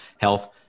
health